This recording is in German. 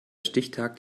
stichtag